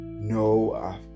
no